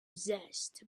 zest